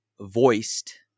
voiced